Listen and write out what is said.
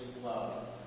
love